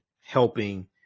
helping